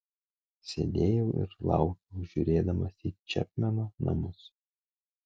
sėdėjau ir laukiau žiūrėdamas į čepmeno namus